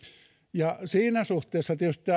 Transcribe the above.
määrärahaa siinä suhteessa tietysti